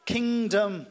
Kingdom